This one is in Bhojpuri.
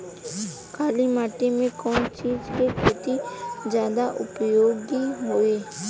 काली माटी में कवन चीज़ के खेती ज्यादा उपयोगी होयी?